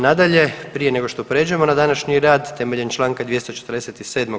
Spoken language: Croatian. Nadalje, prije nego što prijeđemo na današnji rad temeljem članka 247.